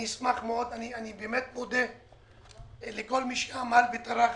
אני מודה לכל מי שעמל וטרח